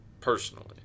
Personally